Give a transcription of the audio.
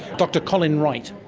dr colin wright.